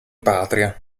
patria